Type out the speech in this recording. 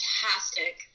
fantastic